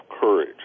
courage